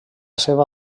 seva